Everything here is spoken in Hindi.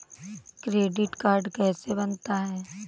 क्रेडिट कार्ड कैसे बनता है?